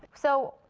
so,